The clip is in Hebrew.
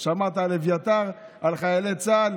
כי הינה,